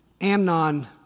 Amnon